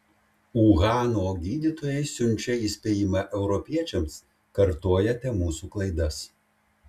uhano gydytojai siunčia įspėjimą europiečiams kartojate mūsų klaidas